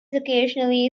occasionally